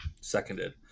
Seconded